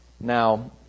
Now